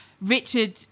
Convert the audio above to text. richard